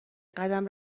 قدم